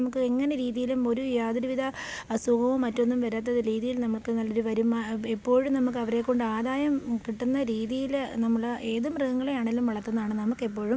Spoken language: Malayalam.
എങ്ങനെ രീതിയിലും ഒരു യാതൊരു വിധ അസുഖവും മറ്റൊന്നും വരാത്ത രീതിയിൽ നമുക്ക് നല്ല ഒരു വരുമാനം എപ്പോഴും നമുക്ക് അവരെകൊണ്ട് ആദായം കിട്ടുന്ന രീതിയിൽ നമ്മൾ ഏത് മൃഗങ്ങളെ ആണേലും വളർത്തുന്നവവയാണ് നമുക്ക് എപ്പോഴും